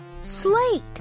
Slate